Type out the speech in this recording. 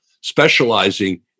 specializing